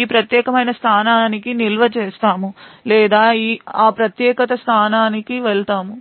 ఈ ప్రత్యేకమైన స్థానానికి నిల్వ చేస్తాము లేదా ఆ ప్రత్యేక స్థానానికి వెళ్తాము